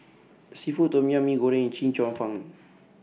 Seafood Tom Yum Mee Goreng Chee Cheong Fun